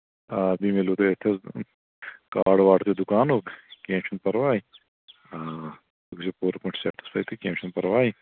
آ بیٚیہِ مِلیوٗ تۄہہِ اَتِتھَس کاڈ واڈ تہِ دُکانُک کیٚنٛہہ چھُنہٕ پَرواے آ تُہۍ گٔژھِو پوٗرٕ پٲٹھۍ سٮ۪ٹٕفاے تہٕ کیٚنٛہہ چھُنہٕ پرواے